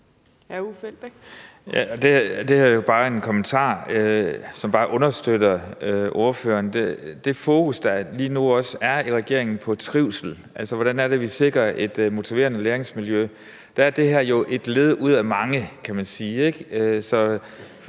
Det her er jo en kommentar, som bare understøtter ordføreren. Det fokus på trivsel, der lige nu er i regeringen, altså hvordan det er, vi sikrer et motiverende læringsmiljø, er jo et ud af mange